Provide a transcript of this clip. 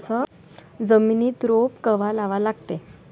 जमिनीत रोप कवा लागा लागते?